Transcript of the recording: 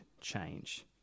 change